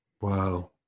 Wow